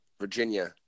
Virginia